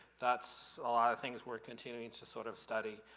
that's a lot of things we're continuing to sort of study.